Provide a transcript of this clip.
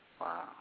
Wow